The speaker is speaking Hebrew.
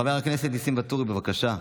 חבר הכנסת ניסים ואטורי, בבקשה.